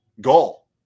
goal